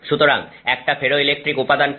সুতরাং একটা ফেরোইলেকট্রিক উপাদান কি